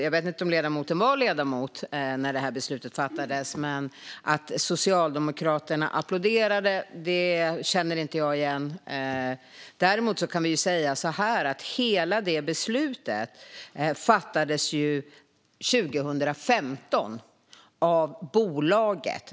Jag vet inte om ledamoten var ledamot när det här beslutet fattades, men att Socialdemokraterna applåderade känner jag inte igen. Däremot kan vi säga så här att hela det beslutet fattades 2015 av bolaget.